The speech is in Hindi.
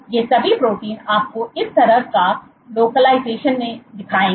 ये सभी प्रोटीन आपको इस तरह का लोकलाइजेशन दिखाएंगे